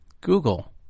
Google